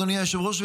אדוני היושב-ראש,